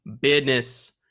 business